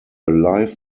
live